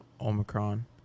Omicron